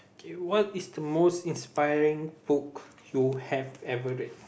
K what is the most inspiring book you have ever read